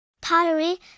pottery